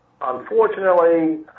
Unfortunately